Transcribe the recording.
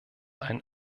ein